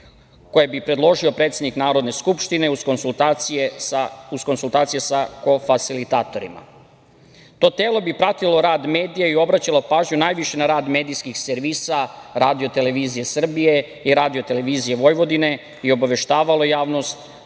koje bi predložio predsednik Narodne skupštine, uz konsultacije sa kofasilitatorima. To telo bi pratilo rad medija i obraćalo pažnju najviše na rad medijskih servisa Radio-televizije Srbije i Radio-televizije Vojvodine i obaveštavalo javnost